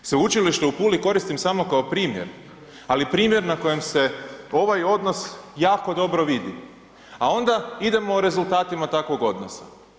Sveučilište u Puli koristim samo kao primjer ali primjer na kojem se ovaj odnos jako dobro vidi a onda idemo o rezultatima takvog odnosa.